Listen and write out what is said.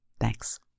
Thanks